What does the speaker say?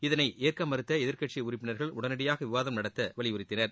இதனை ஏற்க மறுத்த எதிர்க்கட்சி உறுப்பினர்கள் உடனடியாக விவாதம் நடத்த வலியுறுத்தினர்